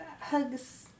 hugs